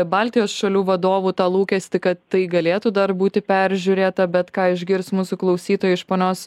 baltijos šalių vadovų tą lūkestį kad tai galėtų dar būti peržiūrėta bet ką išgirs mūsų klausytojai iš ponios